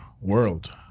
world